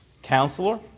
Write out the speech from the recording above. Counselor